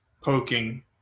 poking